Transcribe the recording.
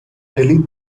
delete